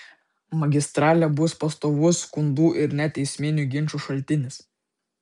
magistralė bus pastovus skundų ir net teisminių ginčų šaltinis